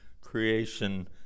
creation